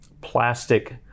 plastic